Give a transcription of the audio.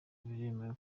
biremewe